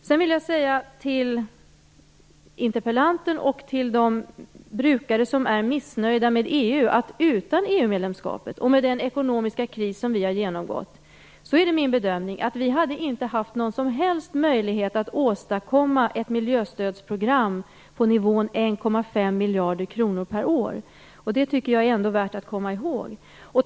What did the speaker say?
Sedan vill jag till interpellanten och de brukare som är missnöjda med EU-medlemskapet säga att jag, med den ekonomiska kris som vi har genomgått, gör den bedömningen att vi utan EU-medlemskap inte hade haft någon som helst möjlighet att åstadkomma ett miljöstödsprogram på nivån 1,5 miljarder kronor per år. Det kan vara värt att komma ihåg.